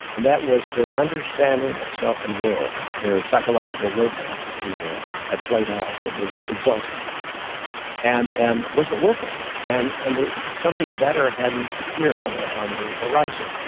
and that was their understanding of self and world their psychological roadmap, if you will, had played out, it was exhausted and and wasn't working and and something better hadn't appeared on the on the horizon.